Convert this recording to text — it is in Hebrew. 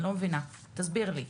אני לא מבינה, תסביר לי.